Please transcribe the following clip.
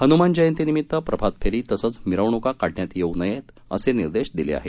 हनुमान जयंतीनिमित्त प्रभात फेरी तसंच मिरवणुका काढण्यात येऊ नये असे निर्देश दिले आहेत